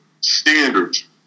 standards